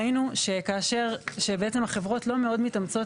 ראינו שבעצם החברות לא מאוד מתאמצות